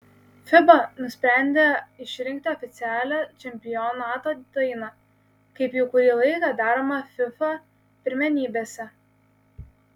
fiba nusprendė išrinkti oficialią čempionato dainą kaip jau kurį laiką daroma fifa pirmenybėse